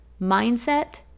Mindset